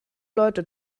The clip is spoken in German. leute